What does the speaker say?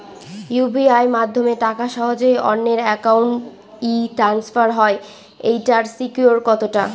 UPI মাধ্যমে টাকা সহজেই অন্যের অ্যাকাউন্ট ই ট্রান্সফার হয় এইটার সিকিউর কত টা?